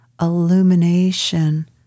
illumination